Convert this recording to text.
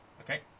Okay